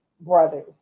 brothers